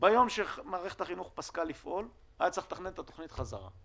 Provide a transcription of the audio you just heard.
ביום בו מערכת החינוך פסקה לפעול היה צריך לתכנן איך חוזרים חזרה.